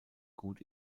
gut